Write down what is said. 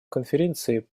конференции